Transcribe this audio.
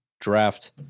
draft